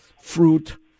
fruit